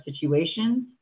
situations